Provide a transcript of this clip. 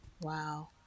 Wow